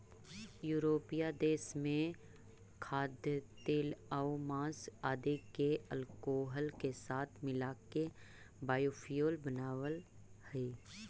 यूरोपीय देश में खाद्यतेलआउ माँस आदि के अल्कोहल के साथ मिलाके बायोफ्यूल बनऽ हई